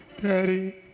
Daddy